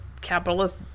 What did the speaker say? capitalist